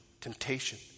temptation